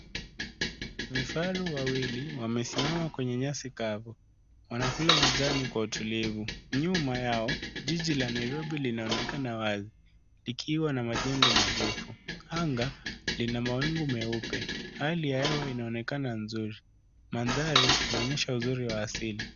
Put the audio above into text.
Vifaru wawili wamesimama kwenye nyasi angavu. Wanakula majani kwa utulivu. Nyuma yao, jiji la Nairobi linaonekana wazi, ikiwa na majengo marefu. Anga lina mawingu meupe. Hali ya hewa inaonekana nzuri. Mandhari inaonyesha uzuri wa asili.